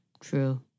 True